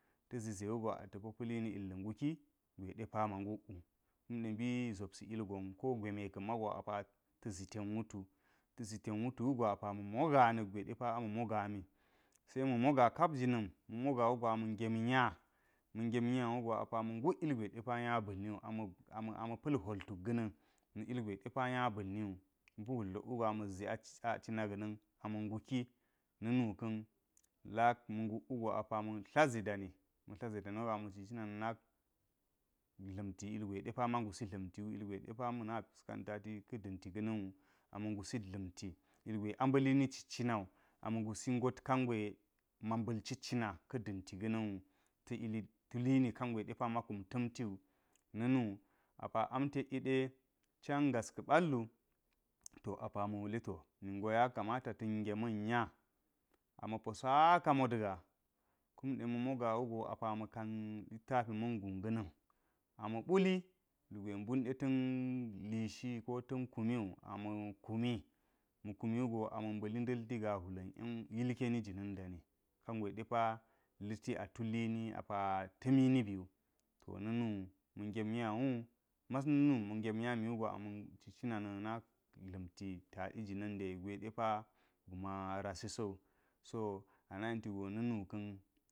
Ta̱ zize wugo ata̱ po pa̱li ni ilga̱ nguki gwe depa ma nguk wu, kuma mbi zopsi ilgon ko gwe me ka̱mego ata̱ zi ten wutu ta̱ zi ten wutu wugo apa ma̱ moga nakgwe depa ama̱ moga mi, se ma̱ moga kapjina̱n, ma̱ moga wugo ama̱ ge ngem niya ma̱ ngem nya wugo ama̱ nguk illgwe niya bal niwu ama ama pa̱l hwol tuk ga̱ na̱n na̱ ilgwe depa nya bal niwu ama zi a cina ga̱na̱n apa ma̱ nguki na̱ nuka̱n la ma̱ ngul wugo apa ma̱ tla ze dani ma̱ tla ze dani wuga ama̱ cicina na̱ dla̱n ilgwe depa ma ngusi dla̱mti wu ilgwe depa ma̱na piskan tatiwu ka̱ da̱nti ga̱na̱n wu ama̱ ngusi dla̱mti ilgwe amba̱lini ciccina wu ama ngu so ngat kangwe ma mba̱l ciccina ka̱ da̱nti gana̱n wu ta̱ ili tulini kangwe depa ma kum ta̱mti wu na̱nu apa ɗam tek yi de can gas ka̱ ballu to apa ma̱ wule to ningo yakamata ta̱n ngemin nya a ma̱po saka motga kumiɗe ma̱ moga wugo apa ma̱ kan littagi ma̱n guu ga̱na̱n ama̱ ɓuli lugwe mbunɗe ten lishi ko ta̱n kumi wu ama̱ kumi, ma̱ kumi wugo ama̱ mbali ndal ti gahwula̱n yelkeni jinan dani kangwe depa liti atulini a ta̱mi biwu, to na̱nu ma̱ ngen nya wu mas na̱nu ama ci cina na̱ na̱k dla̱mti taɗi jina̱n de jwe de ba̱ma rase so so ana yentigo na̱nu ka̱n.